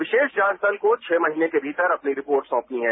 विशेष जांच दल को छह महीने के भीतर अपनी रिपोर्ट सौंपनी है